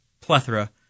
plethora